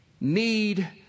need